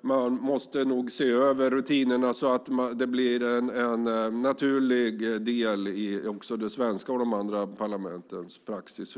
Man måste se över rutinerna så att denna hantering blir en naturlig del av det svenska parlamentets och andra parlaments praxis.